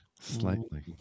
Slightly